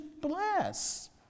bless